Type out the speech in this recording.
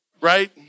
Right